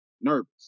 nervous